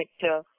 sector